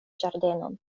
ĝardenon